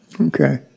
Okay